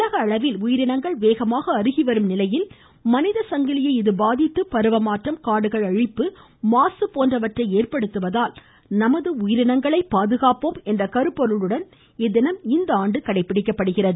உலக அளவில் உயிரினங்கள் வேகமாக அருகி வரும் நிலையில் இது மனித சங்கிலியை பாதித்து பருவ மாற்றம் காடுகள் அழிப்பு மாசு போன்றவற்றை ஏற்படுத்துவதால் நமது உயிரினங்களை பாதுகாப்போம் என்ற கருப்பொருளுடன் இத்தினம் இந்தாண்டு கடைபிடிக்கப்படுகிறது